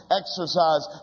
exercise